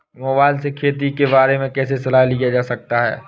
Mobile से खेती के बारे कैसे सलाह लिया जा सकता है?